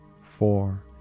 four